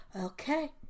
okay